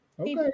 Okay